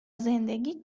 زندگیت